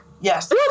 Yes